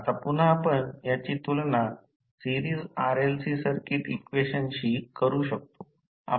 आता पुन्हा आपण याची तुलना सिरीस RLC सर्किट इक्वेशनशी करू शकतो